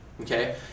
Okay